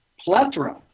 plethora